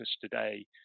today